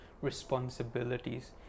responsibilities